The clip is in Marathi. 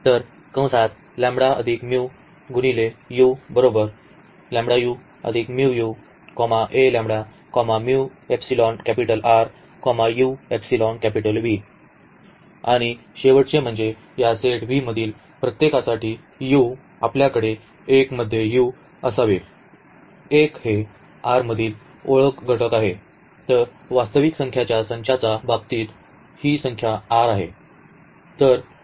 आणि शेवटचे म्हणजे या सेट V मधील प्रत्येकासाठी u आपल्याकडे 1 मध्ये u असावे 1 हे R मधील ओळख घटक आहे तर वास्तविक संख्येच्या संचाच्या बाबतीत ही संख्या R आहे